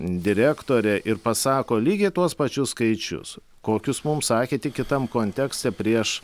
direktorė ir pasako lygiai tuos pačius skaičius kokius mums sakė tik kitam kontekste prieš